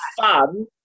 fun